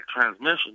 transmission